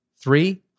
Three